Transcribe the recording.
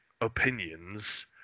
opinions